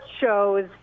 shows